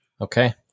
Okay